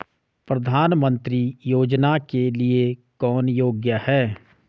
प्रधानमंत्री योजना के लिए कौन योग्य है?